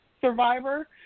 Survivor